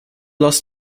loss